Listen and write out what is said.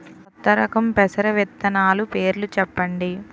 కొత్త రకం పెసర విత్తనాలు పేర్లు చెప్పండి?